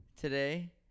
Today